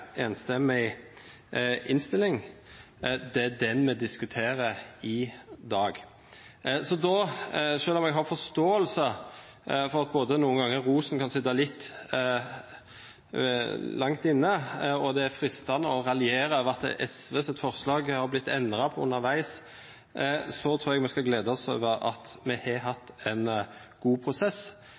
samrøystes innstilling. Det er den me diskuterer i dag. Sjølv om eg har forståing for både at rosen nokre gonger kan sitja litt langt inne, og at det er freistande å raljera over at SV sitt forslag har vorte endra på underveis, trur eg me skal gleda oss over at me har hatt ein god prosess.